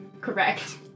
Correct